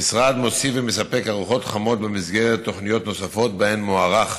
המשרד מוסיף ומספק ארוחות חמות במסגרת תוכניות נוספות שבהן מוארך